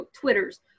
Twitters